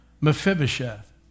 Mephibosheth